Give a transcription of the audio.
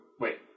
wait